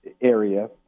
area